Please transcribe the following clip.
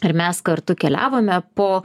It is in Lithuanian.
ir mes kartu keliavome po